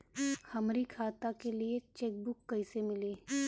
हमरी खाता के लिए चेकबुक कईसे मिली?